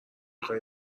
خوای